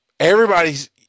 everybody's